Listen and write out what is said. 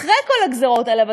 אחרי כל הגזירות האלה,